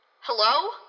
Hello